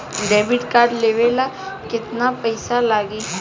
Debit card लेवे ला केतना पईसा लागी?